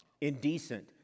indecent